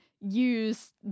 use